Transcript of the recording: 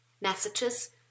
messages